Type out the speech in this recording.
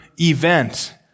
event